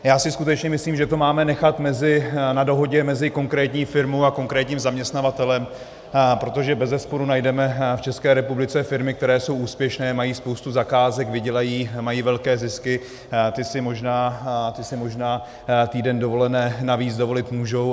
Já si skutečně myslím, že to máme nechat na dohodě mezi konkrétní firmou a konkrétním zaměstnavatelem, protože bezesporu najdeme v České republice firmy, které jsou úspěšné, mají spoustu zakázek, vydělají, mají velké zisky, ty si možná týden dovolené navíc dovolit můžou.